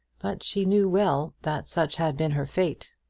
but she knew well that such had been her fate.